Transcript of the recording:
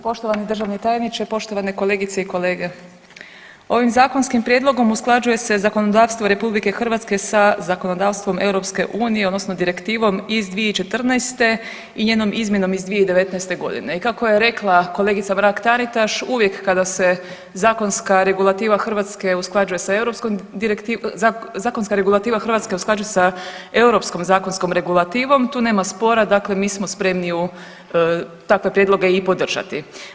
Poštovani državni tajniče, poštovane kolegice i kolege, ovim zakonskim prijedlogom usklađuje se zakonodavstvo RH sa zakonodavstvom EU odnosno direktivom iz 2014. i njenom izmjenom iz 2019. godine i kako je rekla kolegica Mrak Taritaš uvijek kada se zakonska regulativa Hrvatske usklađuje sa europskom, zakonska regulativa Hrvatske usklađuje sa europskom zakonskom regulativom tu nema spora dakle mi smo spremni u, takve prijedloge i podržati.